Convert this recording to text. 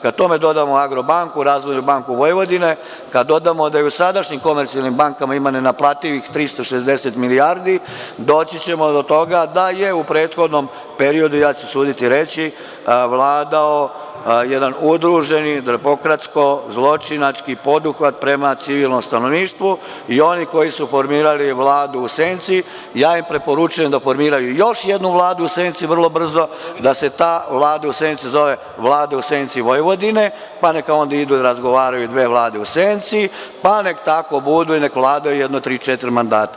Kada tome dodamo Agrobanku, Razvojnu banku Vojvodine, kada dodamo da je u sadašnjim komercijalnim bankama ima nenaplativih 360 milijardi, doći ćemo do toga da je u prethodnom periodu, ja ću se usuditi reći, vladao jedan udruženi demokratsko-zločinački poduhvat prema civilnom stanovništvu i oni koji su formirali vladu u senci, ja im preporučujem da formiraju još jednu vladu u senci vrlo brzo, da se ta vlada u senci zove vlada u senci Vojvodine, pa neka onda idi i razgovaraju dve vlade u senci, pa nek tako budu i neka vladaju jedno tri, četiri mandata.